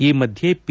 ಈ ಮಧ್ಯೆ ಪಿ